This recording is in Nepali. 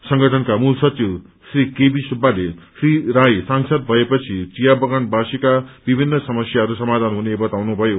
संगठनका मूल सचिव श्री केबी सुब्बाले श्री राई सांसद भएपछि चिया बगानवासीको विभिन्न समस्याहरू समाधान हुने बताउनुभयो